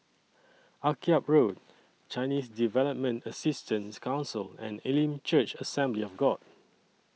Akyab Road Chinese Development Assistance Council and Elim Church Assembly of God